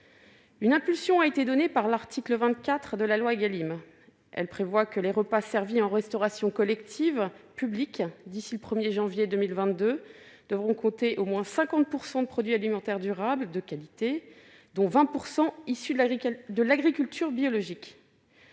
Une impulsion a été donnée par l'article 24 de la loi Égalim, qui prévoit que les repas servis en restauration collective publique, d'ici au 1 janvier 2022, devront compter au moins 50 % de produits alimentaires durables de qualité, dont 20 % issus de l'agriculture biologique.